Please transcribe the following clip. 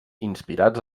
inspirats